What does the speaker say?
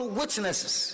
witnesses